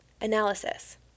Analysis